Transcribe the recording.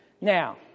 Now